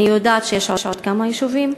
אני יודעת שיש עוד כמה יישובים כאלה.